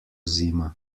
zima